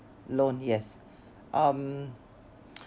loan yes um